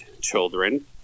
children